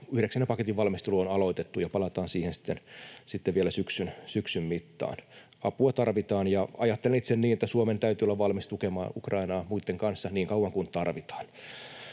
paketin valmistelu on aloitettu, ja palataan siihen sitten vielä syksyn mittaan. Apua tarvitaan, ja ajattelen itse niin, että Suomen täytyy olla valmis tukemaan Ukrainaa muitten kanssa niin kauan kuin tarvitaan.